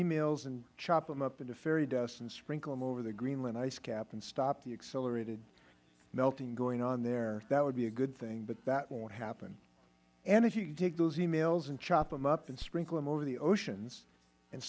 e mails and chop them up into fairy dust and sprinkle them over the greenland ice cap and stop the accelerated melting going on there that would be a good thing but that won't happen and if you could take those e mails and chop them up and sprinkle them over the oceans and